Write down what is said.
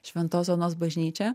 šventos onos bažnyčią